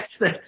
yes